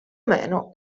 meno